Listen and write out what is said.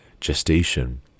gestation